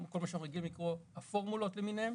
כל מה שאנחנו רגילים לקרוא לו "הפורמולות" למיניהן,